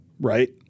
Right